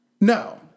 No